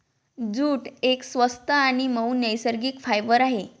jute एक स्वस्त आणि मऊ नैसर्गिक फायबर आहे